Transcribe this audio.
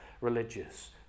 religious